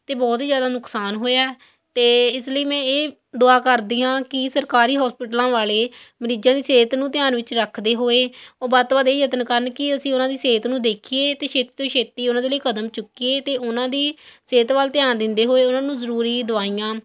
ਅਤੇ ਬਹੁਤ ਹੀ ਜ਼ਿਆਦਾ ਨੁਕਸਾਨ ਹੋਇਆ ਅਤੇ ਇਸ ਲਈ ਮੈਂ ਇਹ ਦੁਆ ਕਰਦੀ ਹਾਂ ਕਿ ਸਰਕਾਰੀ ਹੌਸਪੀਟਲਾਂ ਵਾਲੇ ਮਰੀਜ਼ਾਂ ਦੀ ਸਿਹਤ ਨੂੰ ਧਿਆਨ ਵਿੱਚ ਰੱਖਦੇ ਹੋਏ ਉਹ ਵੱਧ ਤੋਂ ਵੱਧ ਇਹ ਯਤਨ ਕਿ ਅਸੀਂ ਉਹਨਾਂ ਦੀ ਸਿਹਤ ਨੂੰ ਦੇਖੀਏ ਅਤੇ ਛੇਤੀ ਤੋਂ ਛੇਤੀ ਉਹਨਾਂ ਦੇ ਲਈ ਕਦਮ ਚੁੱਕੀਏ ਅਤੇ ਉਹਨਾਂ ਦੀ ਸਿਹਤ ਵੱਲ ਧਿਆਨ ਦਿੰਦੇ ਹੋਏ ਉਹਨਾਂ ਨੂੰ ਜ਼ਰੂਰੀ ਦਵਾਈਆਂ